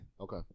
Okay